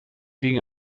wegen